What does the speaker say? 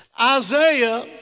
Isaiah